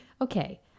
okay